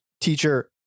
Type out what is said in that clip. teacher